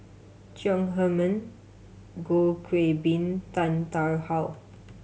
Chong Heman Goh Qiu Bin Tan Tarn How